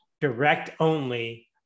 direct-only